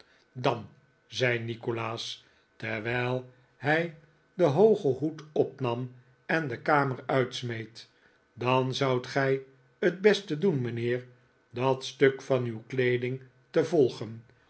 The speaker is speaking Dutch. dan zei nikolaas terwijl hij den hoogen hoed opnam en de kamer uitsmeet dan zoudt gij t beste doen mijnheer dat stuk van uw kleeding te volgen